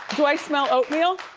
do i smell oatmeal?